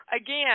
Again